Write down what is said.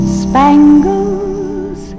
spangles